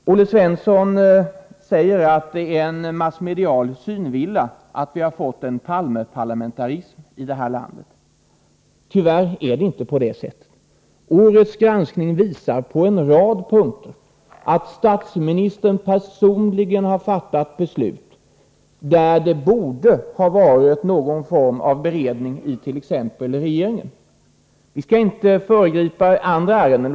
Olle Svensson säger att det är en massmedial synvilla att vi har fått en Palmeparlamentarism i det här landet. Tyvärr är det inte på det sättet. Årets granskning visar på en rad punkter att statsministern personligen har fattat beslut, där det borde ha varit någon form av beredning it.ex. regeringen. Vi skall nu inte föregripa andra ärenden.